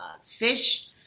fish